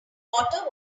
water